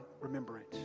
remembrance